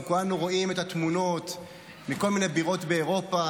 כולנו רואים את התמונות מכל מיני בירות באירופה,